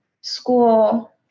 school